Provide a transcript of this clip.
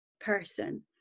person